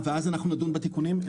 ואז אנחנו נדון בתיקונים?